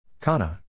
Kana